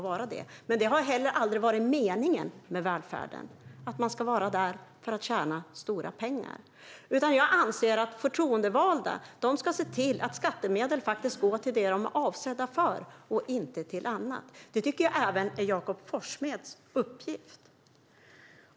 Men meningen med välfärden har heller aldrig varit att man ska vara där för att tjäna stora pengar. Jag anser att förtroendevalda ska se till att skattemedel går till det som de är avsedda för och inte till annat. Det är även Jakob Forssmeds uppgift.